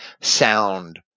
sound